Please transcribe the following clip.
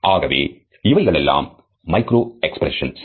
ஆகவே இவைகளெல்லாம் micro expressions